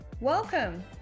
welcome